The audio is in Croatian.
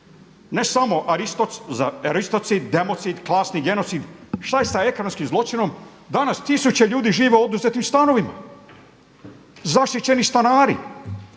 ne samo … democid, klasni genocid, šta je sa ekonomskim zločinom? Danas tisuće ljudi žive u oduzetim stanovima, zaštićeni stanari,